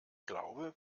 glaube